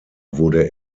wurde